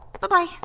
Bye-bye